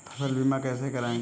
फसल बीमा कैसे कराएँ?